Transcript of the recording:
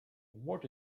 what